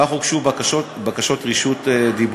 אך הוגשו בקשות רשות דיבור.